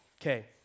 Okay